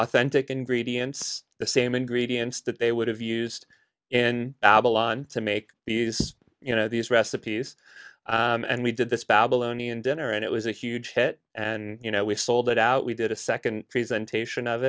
authentic and gradients the same ingredients that they would have used in babylon to make these you know these recipes and we did this babylonian dinner and it was a huge hit and you know we sold it out we did a second presentation of